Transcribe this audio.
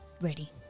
ready